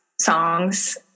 songs